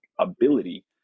ability